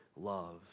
love